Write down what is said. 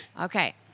Okay